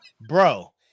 Bro